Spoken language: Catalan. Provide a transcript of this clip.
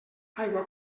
aigua